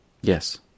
Yes